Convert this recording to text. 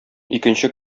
икенче